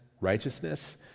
righteousness